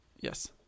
Yes